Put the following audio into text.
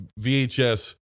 VHS